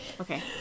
okay